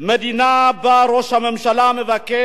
מדינה שבה ראש הממשלה מבקש